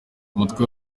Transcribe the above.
umutwe